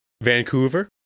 Vancouver